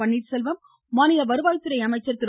பன்னீர் செல்வம் மாநில வருவாய்த்துறை அமைச்சர் திரு